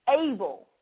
able